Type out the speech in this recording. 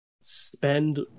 spend